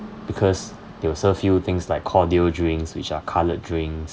because they will serve you things like cordial drinks which are coloured drinks